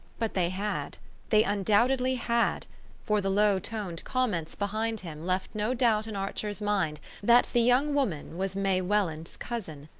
but they had they undoubtedly had for the low-toned comments behind him left no doubt in archer's mind that the young woman was may welland's cousin,